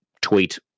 tweet